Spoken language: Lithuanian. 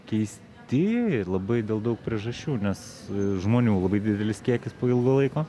keisti labai dėl daug priežasčių nes žmonių labai didelis kiekis po ilgo laiko